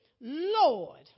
Lord